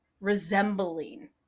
resembling